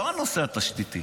לא הנושא התשתיתי,